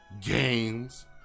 games